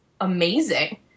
amazing